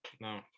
No